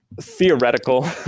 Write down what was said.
theoretical